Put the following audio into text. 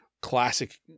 classic